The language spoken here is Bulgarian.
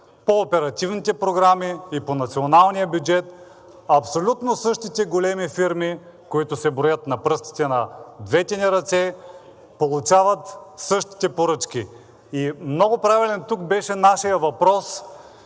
По оперативните програми и по националния бюджет абсолютно същите големи фирми, които се броят на пръстите на двете ни ръце, получават същите поръчки. Много правилен тук беше нашият въпрос